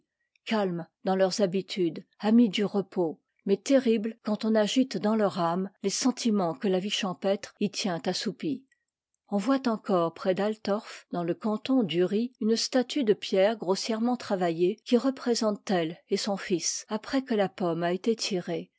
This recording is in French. calmes dans leurs habitudes amis du repos mais terribles quand on agite dans leur âme les sentiments que la vie champêtre y tient assoupis on voit encore près d'altorf dans le canton d'uri une statue de pierre grossièrement travaillée qui représente tell et son fils après que la pomme a été tirée